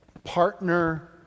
Partner